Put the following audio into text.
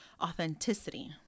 authenticity